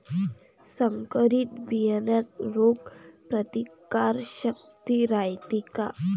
संकरित बियान्यात रोग प्रतिकारशक्ती रायते का?